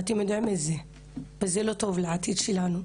ואתם יודעים את זה וזה לא טוב לעתיד שלנו,